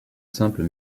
simple